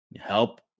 help